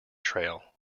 trail